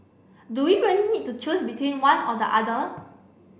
do we really need to choose between one or the other